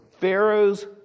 Pharaoh's